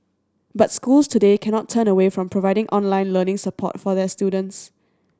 but schools today cannot turn away from providing online learning support for their students